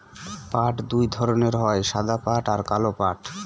পাট দুই ধরনের হয় সাদা পাট আর কালো পাট